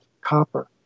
copper